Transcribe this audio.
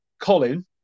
Colin